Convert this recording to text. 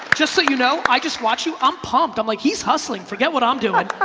just so you know, i just watched you. i'm pumped, i'm like he's hustling. forget what i'm doin'.